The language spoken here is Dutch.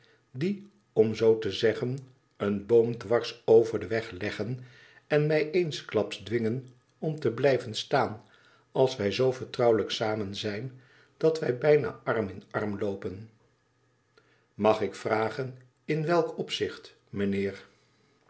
die om zoo te zeggen een boom dwars over den weg leggen en mij eensklaps dwingen om te blijven staan als wij zoo vertrouwelijk samen zijn dat wij bijna arm in arm loopen mag ik vragen in welk opzicht mijnheer